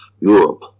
Europe